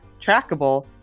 trackable